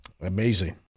Amazing